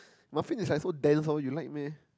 muffin is like so dense hor you like meh